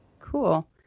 Cool